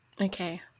Okay